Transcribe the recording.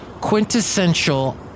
quintessential